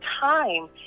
time